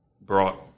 brought